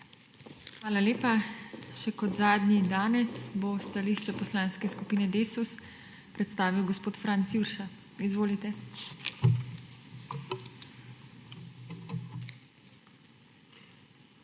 Hvala lepa. Kot zadnji danes bo stališče Poslanske skupine Desus predstavil gospod Franc Jurša. Izvolite. FRANC